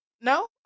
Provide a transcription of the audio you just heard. No